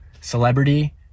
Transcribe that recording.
celebrity